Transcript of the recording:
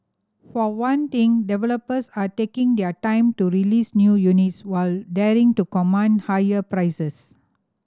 for one thing developers are taking their time to release new units while daring to command higher prices